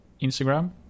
Instagram